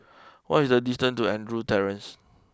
what is the distance to Andrews Terrace